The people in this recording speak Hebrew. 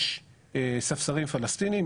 יש ספסרים פלסטינים,